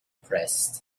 pressed